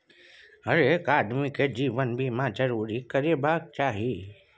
हरेक आदमीकेँ जीवन बीमा जरूर करेबाक चाही